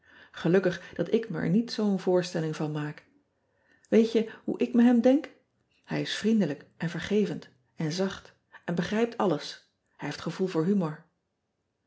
elukkig dat ik me er niet zoo n voorstelling van maak ean ebster adertje angbeen eet je hoe ik me em denk ij is vriendelijk en vergevend en zacht en begrijpt alles hij heeft gevoel voor humor